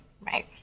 Right